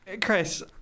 Chris